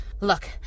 Look